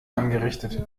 angerichtet